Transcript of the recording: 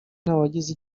ntawagize